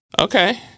okay